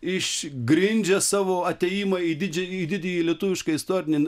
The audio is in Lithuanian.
iš grindžia savo atėjimą į didžia didįjį lietuvišką istorinį